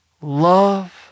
love